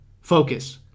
Focus